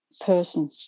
person